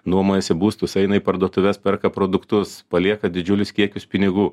nuomojasi būstus eina į parduotuves perka produktus palieka didžiulius kiekius pinigų